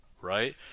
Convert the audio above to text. right